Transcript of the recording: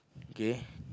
K